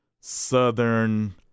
Southern